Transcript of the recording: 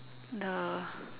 the